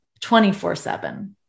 24-7